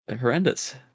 horrendous